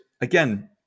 again